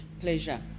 pleasure